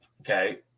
Okay